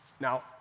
Now